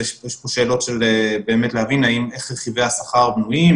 זה שאלות של להבין איך סעיפי השכר בנויים,